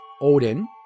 Odin